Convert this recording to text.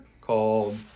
called